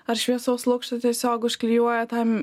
ar šviesaus lukšto tiesiog užklijuoja tam